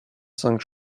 cinq